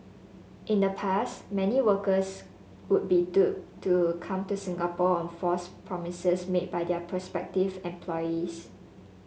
in the past many workers would be duped duped to come to Singapore on false promises made by their prospective employees